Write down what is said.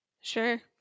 Sure